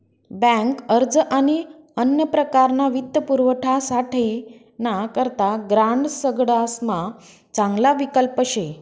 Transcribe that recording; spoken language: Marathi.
बँक अर्ज आणि अन्य प्रकारना वित्तपुरवठासाठे ना करता ग्रांड सगडासमा चांगला विकल्प शे